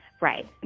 right